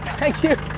thank you!